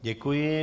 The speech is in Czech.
Děkuji.